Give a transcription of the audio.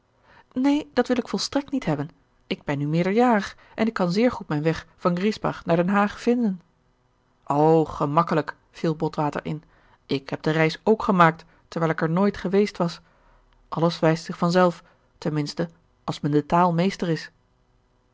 neen dat wil ik volstrekt niet hebben ik ben nu meerderjarig en ik kan zeer goed mijn weg van griesbach naar den haag vinden o gemakkelijk viel botwater in ik heb de reis ook gemaakt terwijl ik er nooit geweest was alles wijst zich van zelf ten minste als men de taal meester is